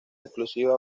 exclusiva